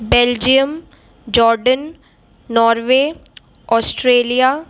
Belgium jordan Norway Australia